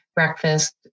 breakfast